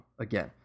again